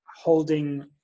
holding